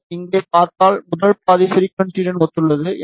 நீங்கள் இங்கே பார்த்தால் முதல் பகுதி ஃபிரிக்குவன்சியுடன் ஒத்துள்ளது